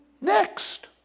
next